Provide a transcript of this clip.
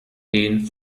den